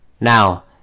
Now